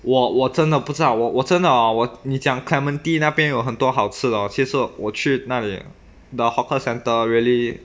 我我真的不知道我我真的哦你讲 clementi 那边有很多好吃的哦其实我去哪里 the hawker centre really